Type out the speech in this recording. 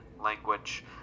language